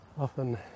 often